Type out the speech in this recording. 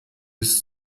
bis